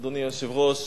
אדוני היושב-ראש,